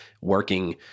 working